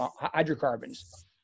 hydrocarbons